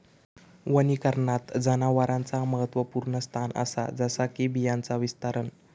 वनीकरणात जनावरांचा महत्त्वपुर्ण स्थान असा जसा बियांचा विस्तारण